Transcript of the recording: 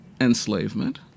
enslavement